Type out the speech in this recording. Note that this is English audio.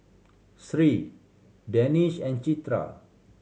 Seri Danish and Citra